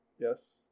Yes